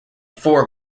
four